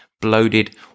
bloated